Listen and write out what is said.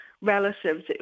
relatives